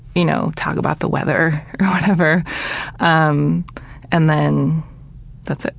you know, talk about the weather or whatever um and then that's it.